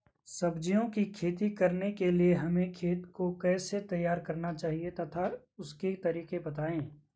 सब्जियों की खेती करने के लिए हमें खेत को कैसे तैयार करना चाहिए तथा उसके तरीके बताएं?